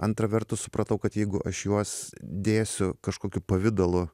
antra vertus supratau kad jeigu aš juos dėsiu kažkokiu pavidalu